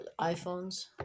iPhones